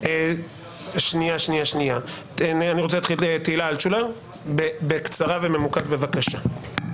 תהילה אלטשולר, בקצרה וממוקד, בבקשה.